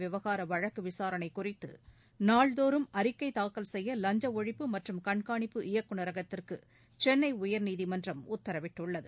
விவகார வழக்கு விசாரணை குறித்து நாள்தோறும் அறிக்கை தாக்கல் செய்ய லஞ்ச ஒழிப்பு மற்றும் கண்காணிப்பு இயக்குநரகத்துக்கு சென்னை உயர்நீதிமன்றம் உத்தரவிட்டுள்ளது